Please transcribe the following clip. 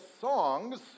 Songs